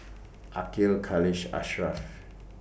Aqil Khalish and Ashraff